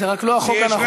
זה רק לא החוק הנכון,